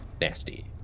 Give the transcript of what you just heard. Nasty